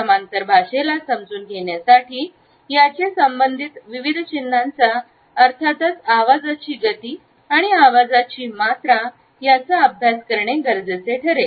समांतर भाषेला समजून घेण्यासाठी याची संबंधित विविध चिन्हांचा अर्थातच आवाजाची गती आणि आवाजाची मात्रा याचा अभ्यास करणे गरजेचे ठरेल